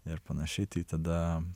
ir panašiai tai tada